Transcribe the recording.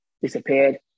disappeared